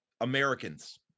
Americans